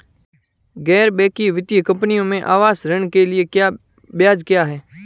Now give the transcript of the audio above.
गैर बैंकिंग वित्तीय कंपनियों में आवास ऋण के लिए ब्याज क्या है?